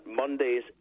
Mondays